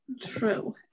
true